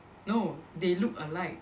no they look alike